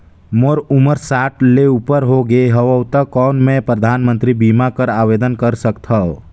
मोर उमर साठ साल ले उपर हो गे हवय त कौन मैं परधानमंतरी बीमा बर आवेदन कर सकथव?